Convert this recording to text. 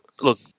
look